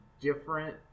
different